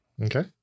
Okay